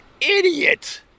idiot